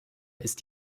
ist